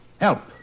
Help